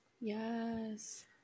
yes